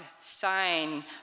sign